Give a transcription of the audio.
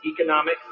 economic